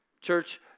church